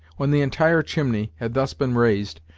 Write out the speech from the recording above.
when the entire chimney had thus been raised,